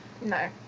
no